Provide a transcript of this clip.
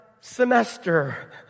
semester